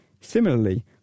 Similarly